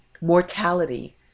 mortality